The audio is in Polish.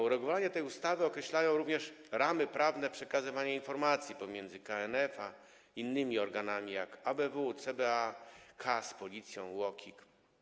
Uregulowania tej ustawy określają również ramy prawne przekazywania informacji pomiędzy KNF a innymi organami, jak ABW, CBA, KAS, Policja i UOKiK.